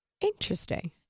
Interesting